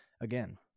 again